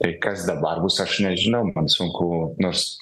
tai kas dabar bus aš nežinau man sunku nors